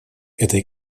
этой